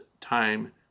time